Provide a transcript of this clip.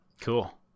Cool